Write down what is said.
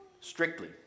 strictly